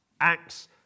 Acts